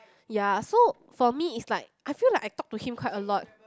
ya so for me is like I feel like I talk to him quite a lot